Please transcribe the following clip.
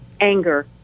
anger